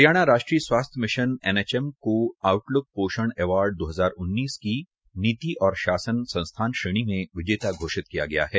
हरियाणा राष्ट्रीय स्वास्थ्य mission NHM को आउटल्क पोषण एवार्ड प्रस्कार की नीति और शासन शासन श्रेणी में विजेता घोषित किया गया है